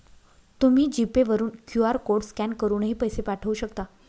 तुम्ही G Pay वरून QR code scan करूनही पैसे पाठवू शकता